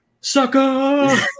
Sucker